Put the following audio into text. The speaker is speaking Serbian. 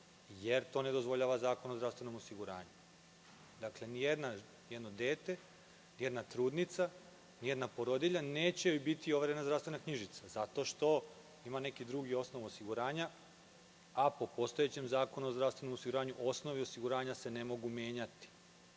jer to ne dozvoljava Zakon o zdravstvenom osiguranju. Dakle, nijednom detetu, nijednoj trudnici, nijednoj porodilji neće biti overena zdravstvena knjižica, zato što ima neki drugi osnov osiguranja, a po postojećem Zakonu o zdravstvenom osiguranju osnovi osiguranja se ne mogu menjati.